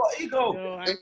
ego